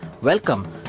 Welcome